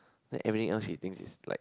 then everything else she thinks is like